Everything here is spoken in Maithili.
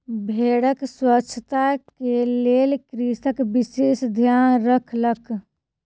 भेड़क स्वच्छता के लेल कृषक विशेष ध्यान रखलक